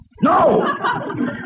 No